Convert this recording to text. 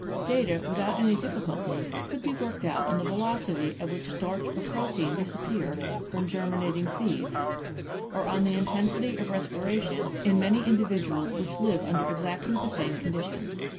data without any difficulty could be worked out on the velocity at which starch or protein disappear from germinating seeds or on the intensity of respiration in many individuals which live under exactly the same conditions.